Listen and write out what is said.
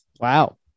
wow